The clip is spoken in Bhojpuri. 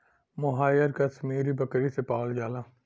मोहायर कशमीरी बकरी से पावल जाला